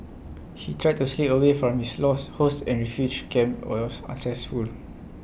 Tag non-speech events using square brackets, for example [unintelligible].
he tried to slip away from his lost hosts at refugee camp [unintelligible] was unsuccessful